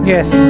Yes